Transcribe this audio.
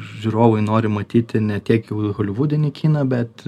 žiūrovai nori matyti ne tiek holivudinį kiną bet